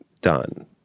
done